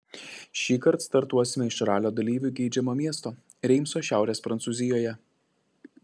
šįkart startuosime iš ralio dalyvių geidžiamo miesto reimso šiaurės prancūzijoje